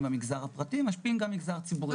במגזר הפרטי משפיעים גם על המגזר הציבורי.